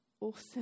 awesome